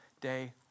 day